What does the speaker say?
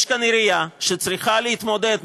יש כאן עירייה שצריכה להתמודד,